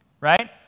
Right